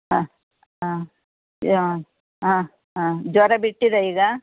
ಹಾಂ ಆ ಯಾನ್ ಆ ಆ ಜ್ವರ ಬಿಟ್ಟಿದೆ ಈಗ